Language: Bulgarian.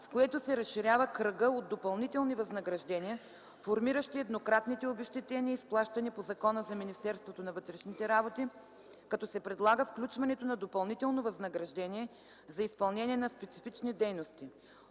с което се разширява кръгът от допълнителни възнаграждения, формиращи еднократните обезщетения, изплащани по Закона за Министерството на вътрешните работи, като се предлага включването на допълнително възнаграждение за изпълнение на специфични дейности.